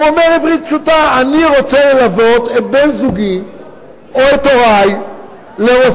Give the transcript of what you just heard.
הוא אומר בעברית פשוטה: אני רוצה ללוות את בן-זוגי או את הורי לרופא,